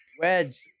Wedge